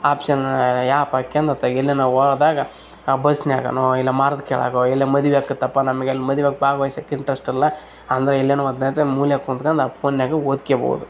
option ಆಪಕ್ಕಂದು ಆತಗ್ ಎಲ್ಲಾನ ಹೋದಾಗ ಬಸ್ನಾಗನೊ ಇಲ್ಲ ಮರದ ಕೆಳಗೋ ಇಲ್ಲ ಮದುವೆ ಆಗುತಪ್ಪ ನಮ್ಗೆ ಇಲ್ಲಿ ಮದುವೆಗ್ ಭಾಗವಹಿಸಾಕ್ ಇಂಟ್ರಸ್ಟ್ ಇಲ್ಲ ಅಂದರೆ ಎಲ್ಲಾನೋ ಮೂಲೆಗೆ ಕುಂತ್ಕಂಡು ಆ ಫೋನ್ನಾಗ ಓದ್ಕೋಬೋದು